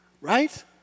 Right